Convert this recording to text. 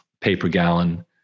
pay-per-gallon